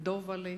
דבל'ה,